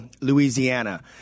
Louisiana